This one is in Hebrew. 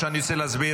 עכשיו אני רוצה להסביר,